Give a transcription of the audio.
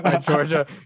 georgia